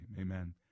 amen